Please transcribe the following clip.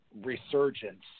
resurgence